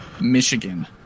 Michigan